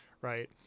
right